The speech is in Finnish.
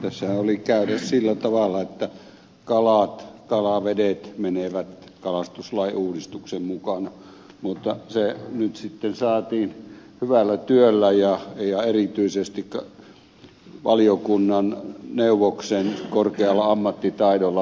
tässähän oli käydä sillä tavalla että kalat kalavedet menevät kalastuslain uudistuksen mukana mutta se nyt sitten saatiin hyvällä työllä ja erityisesti valiokuntaneuvoksen korkealla ammattitaidolla pelastettua